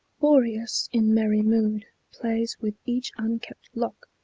boreas in merry mood plays with each unkempt lock,